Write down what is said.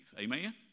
Amen